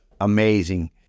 amazing